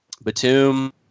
Batum